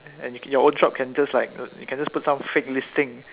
and your own shop can just like you can just put some fake listing